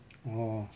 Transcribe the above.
oh